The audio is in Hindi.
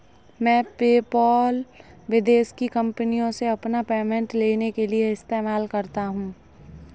मैं पेपाल विदेश की कंपनीयों से अपना पेमेंट लेने के लिए इस्तेमाल करता हूँ